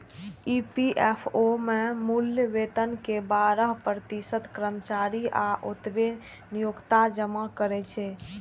EPFO मे मूल वेतन के बारह प्रतिशत कर्मचारी आ ओतबे नियोक्ता जमा करै छै